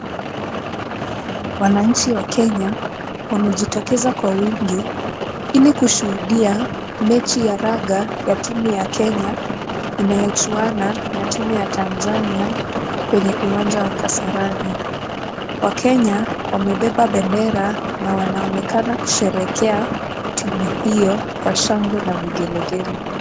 Wananchi wa Kenya wamejitokeza kwa wingi ili kushuhudia mechi ya raga ya timu ya Kenya inayochuana na timu ya Tanzania kwenye uwanja wa Kasarani. Wakenya wamebeba bendera na wanaonekana kusherehekea timu hiyo kwa shangwe na vigelegele.